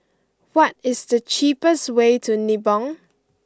what is the cheapest way to Nibong